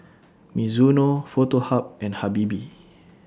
Mizuno Foto Hub and Habibie